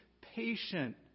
patient